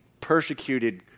persecuted